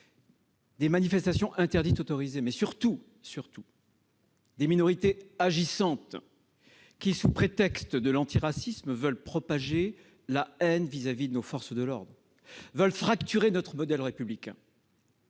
des manifestations interdites et, surtout- surtout !-, vous avez laissé faire des minorités agissantes qui, sous prétexte de l'antiracisme, veulent propager la haine vis-à-vis de nos forces de l'ordre et fracturer notre modèle républicain.